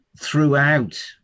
throughout